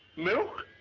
milk?